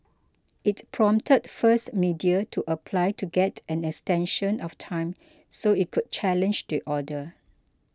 it prompted First Media to apply to get an extension of time so it could challenge the order